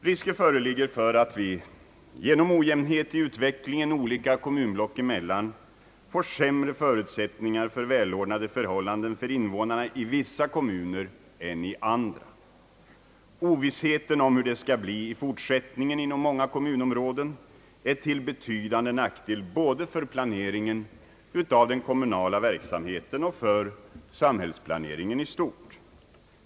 Risk föreligger att vi genom ojämnheten i utvecklingen olika kommunblock emellan får sämre förutsättningar att skapa välordnade förhållanden för invånarna i vissa kommuner än i andra. Ovissheten om hur det skall bli i fortsättningen inom vissa områden är till betydande nackdel både för planeringen av den kommunala verksamheten och för samhällsplaneringen i stort.